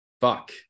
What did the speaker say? Fuck